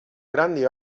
grandi